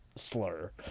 slur